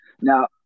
Now